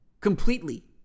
completely